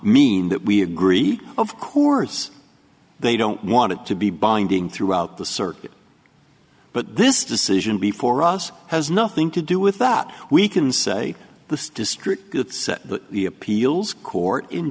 mean that we agree of course they don't want it to be binding throughout the circuit but this decision before us has nothing to do with that we can say the district that set that the appeals court in